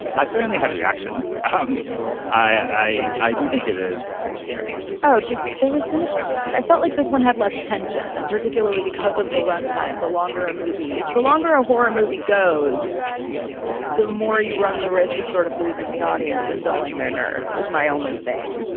i certainly had reactions. um i i do think it is pretty scary oh just. there was so much i felt like this one had less tension and particularly because of the runtime the longer a movie the longer a horror movie goes the more you run the risk of sort of losing the audience and dulling their nerves is my only thing.